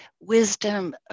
wisdom